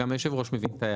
גם היושב ראש מבין את ההערה,